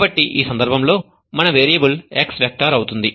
కాబట్టి ఈ సందర్భంలో మన వేరియబుల్ x వెక్టర్ అవుతుంది